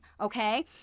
okay